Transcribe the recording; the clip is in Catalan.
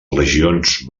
legions